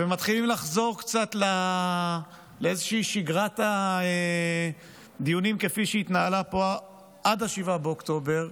ומתחילים לחזור קצת לשגרת הדיונים כפי שהיא התנהלה פה עד 7 באוקטובר.